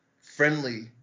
friendly